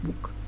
book